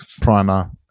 primer